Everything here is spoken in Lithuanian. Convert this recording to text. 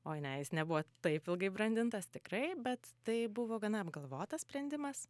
oi ne jis nebuvo taip ilgai brandintas tikrai bet tai buvo gana apgalvotas sprendimas